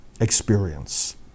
experience